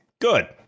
Good